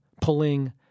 pulling